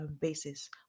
Basis